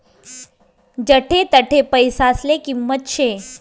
जठे तठे पैसासले किंमत शे